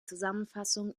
zusammenfassung